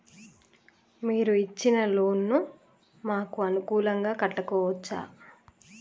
మీరు ఇచ్చిన లోన్ ను మాకు అనుకూలంగా కట్టుకోవచ్చా?